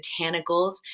Botanicals